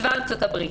צבא ארצות הברית,